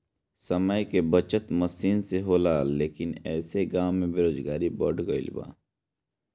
समय के बचत मसीन से होला लेकिन ऐसे गाँव में बेरोजगारी बढ़ गइल बा